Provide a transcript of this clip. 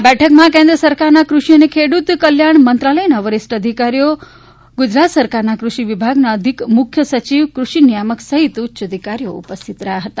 આ બેઠકમાં કેન્દ્ર સરકારના કૃષિ અને ખેડૂત કલ્યાણ મંત્રાલયના વરિષ્ઠ અધિકારીઓ ગુજરાત સરકારના કૃષિ વિભાગના અધિક મુખ્ય સયિવ કૃષિ નિયામક સહિત ઉચ્ચ અધિકારીઓ ઉપસ્થિત રહ્યા હતા